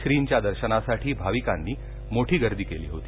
श्रींच्या दर्शनासाठी भाविकांनी मोठी गर्दी केली होती